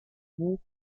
buch